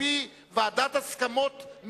על-פי ועדת הסכמות,